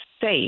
safe